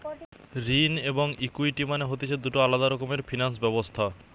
ঋণ এবং ইকুইটি মানে হতিছে দুটো আলাদা রকমের ফিনান্স ব্যবস্থা